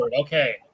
Okay